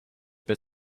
bit